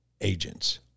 agents